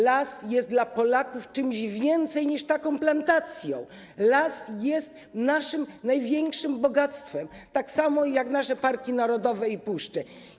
Las jest dla Polaków czymś więcej niż taką plantacją, las jest naszym największym bogactwem, tak samo jak nasze parki narodowe i puszcze.